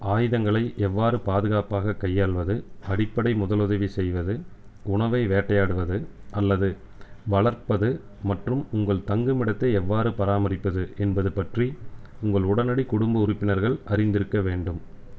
ஆயுதங்களை எவ்வாறு பாதுகாப்பாகக் கையாள்வது அடிப்படை முதலுதவி செய்வது உணவை வேட்டையாடுவது அல்லது வளர்ப்பது மற்றும் உங்கள் தங்குமிடத்தை எவ்வாறு பராமரிப்பது என்பது பற்றி உங்கள் உடனடி குடும்ப உறுப்பினர்கள் அறிந்திருக்க வேண்டும்